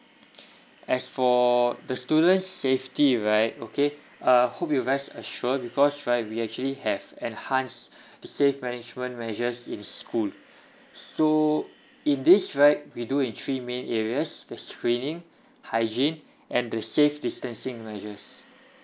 as for the students safety right okay uh I hope you rest assured because right we actually have enhanced safe management measures in school so in this right we do in three main areas the screening hygiene and the safe distancing measures